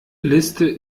liste